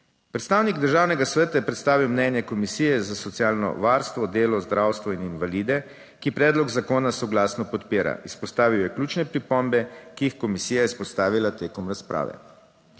Predstavnik Državnega sveta je predstavil mnenje Komisije za socialno varstvo, delo, zdravstvo in invalide, ki predlog zakona soglasno podpira. Izpostavil je ključne pripombe, ki jih je komisija je izpostavila tekom razprave.